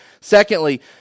Secondly